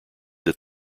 that